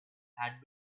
had